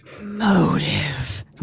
Motive